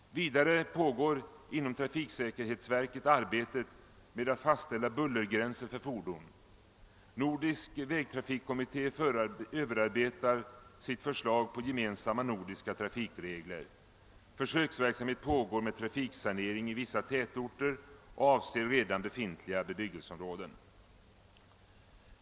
Vidare pågår inom trafiksäkerhetsverket arbete med att fastställa bullergränser för fordon. Nordisk vägtrafikkommitté överarbetar sitt förslag till gemensamma nordiska trafikregler. Försöksverksamhet pågår med trafiksanering i vissa tätorter och avser redan befintliga bebyggelseområden.